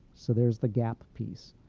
so there's the gap piece.